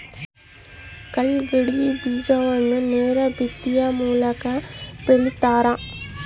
ಕಲ್ಲಂಗಡಿ ಬೀಜವನ್ನು ನೇರ ಬಿತ್ತನೆಯ ಮೂಲಕ ಬೆಳಿತಾರ